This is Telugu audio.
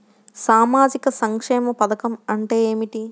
సామాజిక సంక్షేమ పథకం అంటే ఏమిటి?